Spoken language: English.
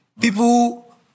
People